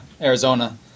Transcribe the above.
Arizona